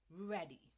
ready